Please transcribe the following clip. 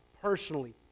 personally